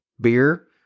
beer